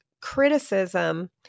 criticism